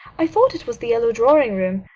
i thought it was the yellow drawing-room,